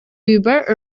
über